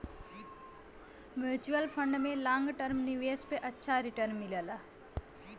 mutual fund में long term निवेश पे अच्छा रीटर्न मिलला